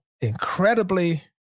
incredibly